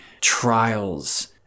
trials